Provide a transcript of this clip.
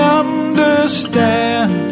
understand